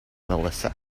melissa